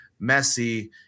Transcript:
Messi